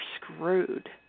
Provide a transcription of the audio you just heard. screwed